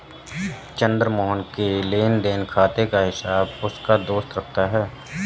चंद्र मोहन के लेनदेन खाते का हिसाब उसका दोस्त रखता है